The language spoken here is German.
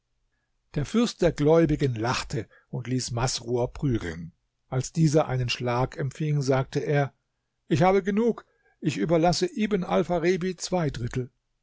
der fürst der gläubigen lachte und ließ masrur prügeln als dieser einen schlag empfing sagte er ich habe genug ich überlasse ibn alpharebi zwei drittel